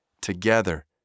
together